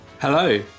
Hello